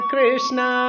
Krishna